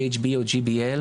GHB או GBL,